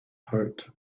heart